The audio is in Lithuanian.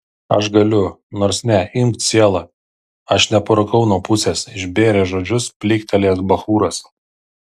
aš galiu nors ne imk cielą aš neparūkau nuo pusės išbėrė žodžius pliktelėjęs bachūras